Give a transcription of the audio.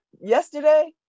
yesterday